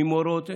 ממורות,